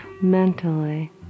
mentally